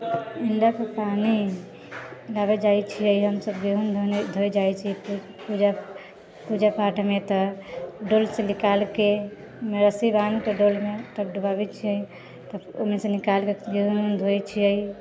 इण्डक पानी लबै जाइ छिए हमसब गेहूँ धोए जाइ छिए पूजा पाठमे तऽ डोलसँ निकालिकऽ रस्सी बान्हिकऽ डोलमे तब डुबाबै छिए तब ओहिमेसँ निकालिकऽ गेहूँ ओहूँ धोए छिए